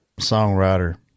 songwriter